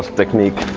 technique?